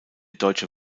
deutsche